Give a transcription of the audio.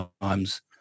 times